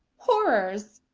horrors!